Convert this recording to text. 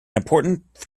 important